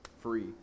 free